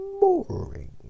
boring